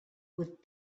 with